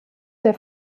der